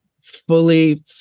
fully